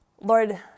Lord